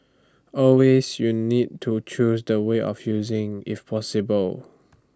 always you need to choose the way of using if possible